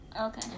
Okay